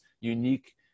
unique